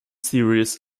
series